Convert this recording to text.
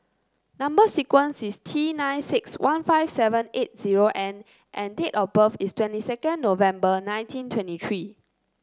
number sequence is T nine six one five seven eight zero N and date of birth is twenty second November nineteen twenty three